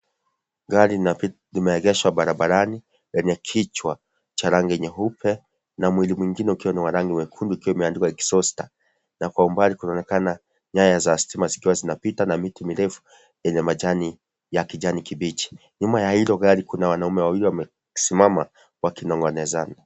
Gari limeegeshwa barabarani lenye kichwa cha rangi nyeupe na mwili mwingine ukiwa ni wa rangi wekundu ukiwa umeandikwa (cs)EXHAUSTER(cs),na kwa umbali kunaonekana nyaya za stima zikiwa zinapita na miti mirefu yenye majani ya kijani kibichi, nyuma ya hilo gari kuna wanaume wawili wamesimama wakinongonezana.